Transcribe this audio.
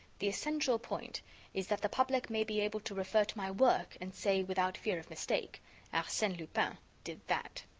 the essential point is that the public may be able to refer to my work and say, without fear of mistake arsene lupin did that!